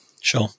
Sure